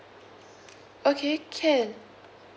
okay can